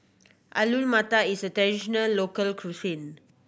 Alu Matar is a traditional local cuisine